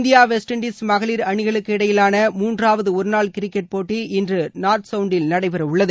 India West Indies மகளிர் அணிகளுக்கு இடையிலான மூன்றாவதுஒருநாள் கிரிக்கெட் போட்டி இன்றுநார்த்சவுன்டில் நடைபெறஉள்ளது